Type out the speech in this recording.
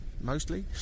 mostly